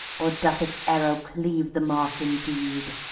or doth its arrow cleave the mark indeed?